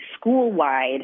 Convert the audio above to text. school-wide